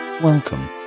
Welcome